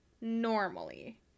normally